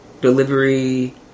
Delivery